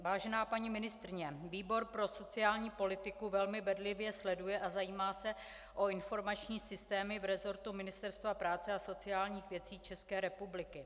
Vážená paní ministryně, výbor pro sociální politiku velmi bedlivě sleduje a zajímá se o informační systémy v resortu Ministerstva práce a sociálních věcí České republiky.